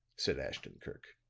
said ashton-kirk.